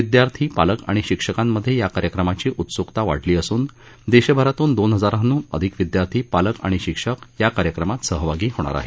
विद्यार्थी पालक आणि शिक्षकांमध्ये या कार्यक्रमाची उत्स्कता वाढली असून देशभरातून दोन हजारांहून अधिक विद्यार्थी पालक आणि शिक्षक या कार्यक्रमात सहभागी होणार आहेत